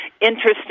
interesting